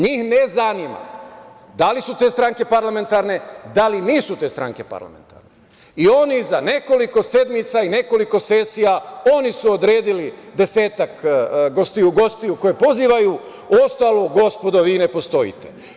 Njih ne zanima da li su te stranke parlamentarne, da li nisu te stranke parlamentarne i oni za nekoliko sedmica i nekoliko sesija, oni su odredili desetak gostiju koje pozivaju, a ostalo, gospodo vi i ne postojite.